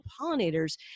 pollinators